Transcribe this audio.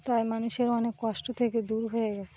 তাই মানুষের অনেক কষ্ট থেকে দূর হয়ে গেছে